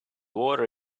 water